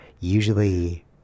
usually